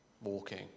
walking